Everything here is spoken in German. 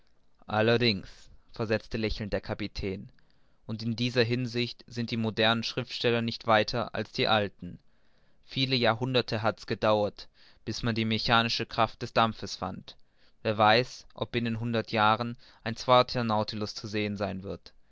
allerdings versetzte lächelnd der kapitän und in dieser hinsicht sind die modernen schriftsteller nicht weiter als die alten viele jahrhunderte hat's gedauert bis man die mechanische kraft des dampfes fand wer weiß ob binnen hundert jahren ein zweiter nautilus zu sehen sein wird